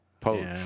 Poach